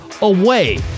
away